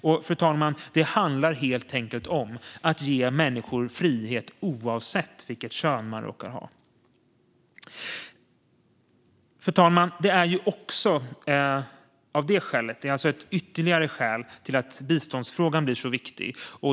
Och, fru talman, det handlar helt enkelt om att ge människor frihet, oavsett vilket kön de råkar ha. Fru talman! Detta är ytterligare ett skäl till att biståndsfrågan blir så viktig.